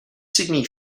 sydney